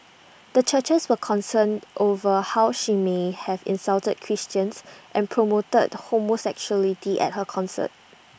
the churches were concerned over how she may have insulted Christians and promoted homosexuality at her concert